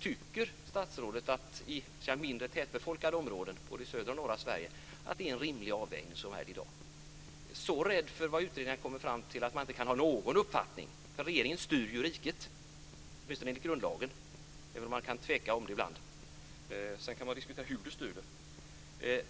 Tycker statsrådet att det i dag görs rimliga avvägningar vad gäller mindre tätbefolkade områden både i södra och norra Sverige? Är hon så rädd för vad utredningen kommer fram till att hon inte kan ha någon uppfattning? Regeringen styr ju riket, åtminstone enligt grundlagen, även om man kan tvivla på det ibland. Sedan kan man diskutera hur den styr.